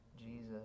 Jesus